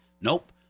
Nope